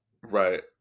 right